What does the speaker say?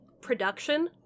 production